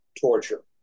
Torture